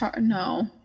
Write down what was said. no